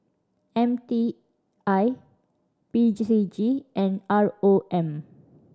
M T I P G C G and R O M